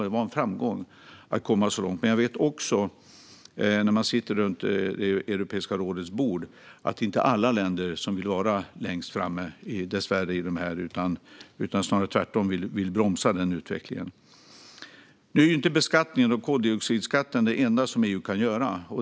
Det var en framgång att komma så långt. Men jag vet också att när man sitter runt Europeiska rådets bord är det inte alla länder som vill vara längst framme, dessvärre, utan snarare vill några bromsa den utvecklingen. Nu är inte beskattningen och koldioxidskatten det enda som EU kan göra.